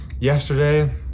yesterday